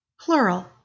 Plural